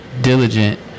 diligent